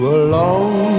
alone